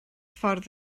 ffordd